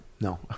no